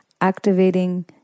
activating